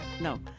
no